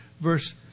verse